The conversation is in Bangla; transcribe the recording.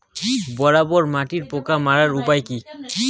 বরবটির পোকা মারার উপায় কি?